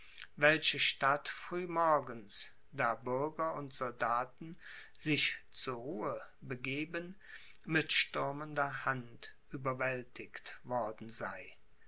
welche stadt früh morgens da bürger und soldaten sich zur ruhe begeben mit stürmender hand überwältigt worden sei